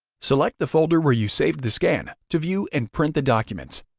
select the folder where you saved the scan to view and print the documents.